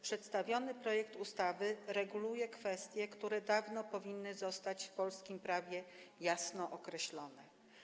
Przedstawiany projekt ustawy reguluje kwestie, które dawno powinny zostać w polskim prawie jasno określone.